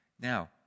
Now